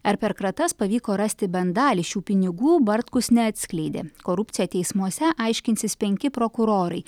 ar per kratas pavyko rasti bent dalį šių pinigų bartkus neatskleidė korupciją teismuose aiškinsis penki prokurorai